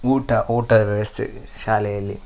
ಊಟ ಊಟದ ವ್ಯವಸ್ಥೆ ಶಾಲೆಯಲ್ಲಿ